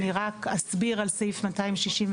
אני רק אסביר על סעיף 266(ה).